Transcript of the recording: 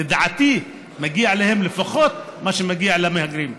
לדעתי מגיע להם לפחות מה שמגיע למהגרים.